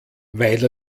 weil